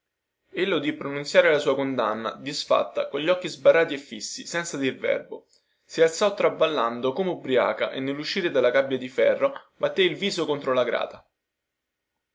matrimonio ella udì pronunziare la sua condanna disfatta cogli occhi sbarrati e fissi senza dir verbo si alzò traballando come ubriaca e nelluscire dalla gabbia di ferro battè il viso contro la grata